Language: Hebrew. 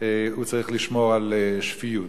הוא צריך לשמור על שפיות.